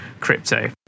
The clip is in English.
crypto